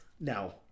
Now